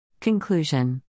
Conclusion